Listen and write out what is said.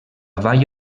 vall